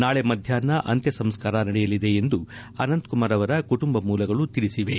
ನಾಳೆ ಮಧ್ಯಾಹ್ನ ಅಂತ್ಯ ಸಂಸ್ಕಾರ ನಡೆಯಲಿದೆ ಎಂದು ಅನಂತಕುಮಾರ್ ಅವರ ಕುಟುಂಬ ಮೂಲಗಳು ತಿಳಿಸಿವೆ